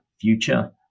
future